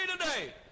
today